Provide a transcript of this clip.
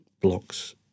blocks